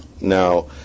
Now